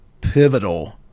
pivotal